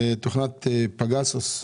בתוכנת פגסוס,